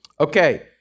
Okay